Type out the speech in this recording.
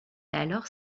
alors